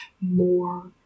more